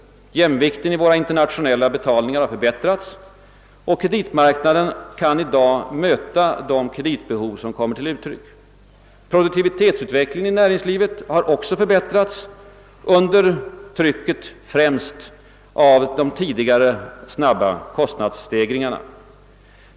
Jämvikten i våra inr ternationella betalningar har förbättrats, och kreditmarknaden kan i dag möta de kreditbehov som kommer till uttryck. Produktivitetsutvecklingen i näringslivet har också förbättrats under trycket främst av de tidigare snabba kostnadsstegringarna.